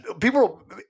people